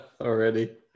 already